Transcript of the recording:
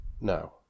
Now